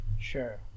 Sure